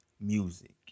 music